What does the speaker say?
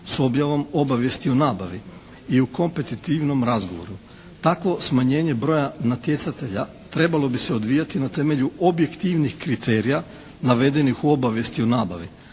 s objavom obavijesti u nabavi i kompetitivnom razgovoru. Takvo smanjenje broja natjecatelja trebalo bi se odvijati na temelju objektivnih kriterija navedenih u obavijesti o nabavi,